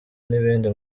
n’ibindi